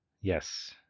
Yes